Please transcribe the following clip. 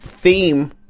Theme